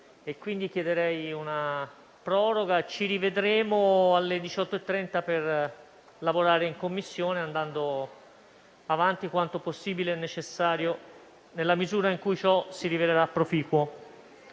quindi chiederei una proroga. Ci rivedremo alle 18,30 per lavorare in Commissione, andando avanti quanto possibile e necessario, nella misura in cui ciò si rivelerà proficuo.